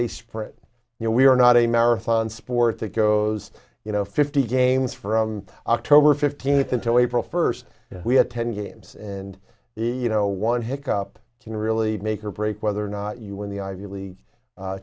a spread you know we are not a marathon sport that goes you know fifty games from october fifteenth until april first we had ten games and the no one hick up can really make or break whether or not you win the ivy league